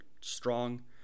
strong